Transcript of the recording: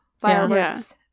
Fireworks